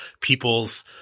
people's